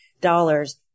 dollars